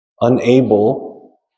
unable